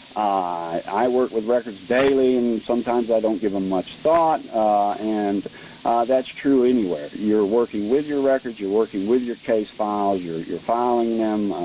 i work with records daily and sometimes i don't give them much thought and that's true anywhere. you're working with your records, you're working with your case files, you're filing them,